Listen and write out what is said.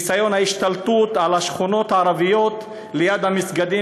ניסיון ההשתלטות על השכונות הערביות ליד המסגדים,